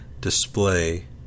display